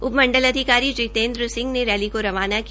उपमंडल अधिकारी जितेंद्र सिंह ने रैली को रवाना किया